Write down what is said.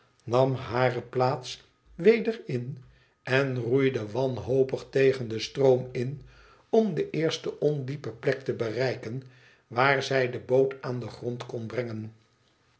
nam hare plaats weder in en roeide wanhopig tegen den stroom in om de eerste ondiepe plek te bereiken waar zij de boot aan den grond kon brengen